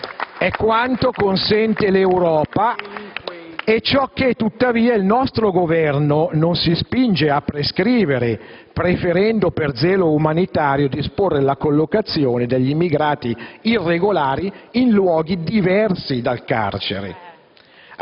è quanto consente l'Europa, ed è ciò che tuttavia il nostro Governo non si spinge a prescrivere, preferendo per zelo umanitario disporre la collocazione degli immigrati irregolari in luoghi diversi dal carcere.